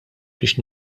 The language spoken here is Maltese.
biex